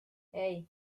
hey